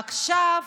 עכשיו